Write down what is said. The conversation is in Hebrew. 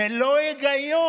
זה לא היגיון.